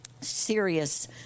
serious